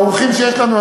האורחים שיש לנו,